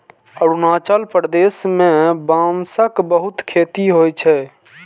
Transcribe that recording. अरुणाचल प्रदेश मे बांसक बहुत खेती होइ छै